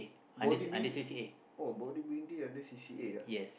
bodybuild oh bodybuilding under C_C_A ah